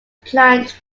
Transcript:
plant